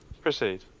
Proceed